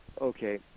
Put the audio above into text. okay